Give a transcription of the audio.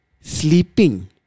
sleeping